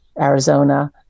Arizona